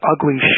ugly